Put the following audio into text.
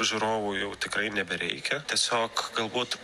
žiūrovų jau tikrai nebereikia tiesiog galbūt